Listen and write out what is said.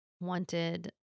wanted